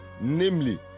namely